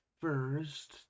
first